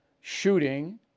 shooting